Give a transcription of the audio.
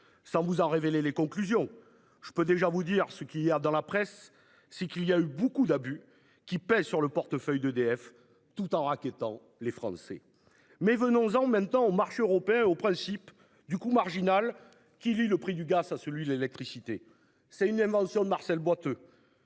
Ça vous en révéler les conclusions, je peux déjà vous dire ce qu'il y a dans la presse, c'est qu'il y a eu beaucoup d'abus qui pèse sur le portefeuille d'EDF tout en raquettant les Français. Mais venons en même temps au marché européen, au principe du coût marginal qui lie le prix du gaz à celui de l'électricité c'est une invention de Marcel Boiteux.